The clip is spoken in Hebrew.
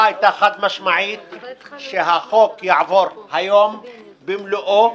הייתה חד משמעית שהחוק יעבור היום במלואו.